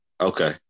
Okay